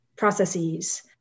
processes